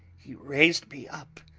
he raised me up